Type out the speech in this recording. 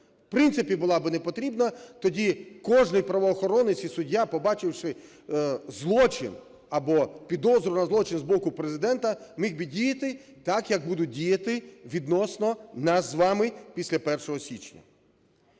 В принципі була би не потрібна, тоді кожен правоохоронець і суддя, побачивши злочин або підозру на злочин з боку Президента, міг би діяти так, як будуть діяти відносно нас з вами після 1 січня.